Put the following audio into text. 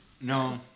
No